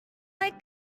like